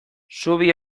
zubi